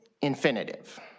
infinitive